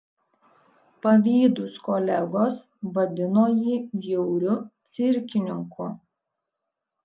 pavydūs kolegos vadino jį bjauriu cirkininku